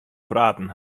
praten